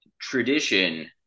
tradition